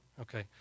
Okay